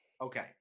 Okay